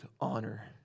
honor